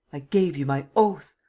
i gave you my oath.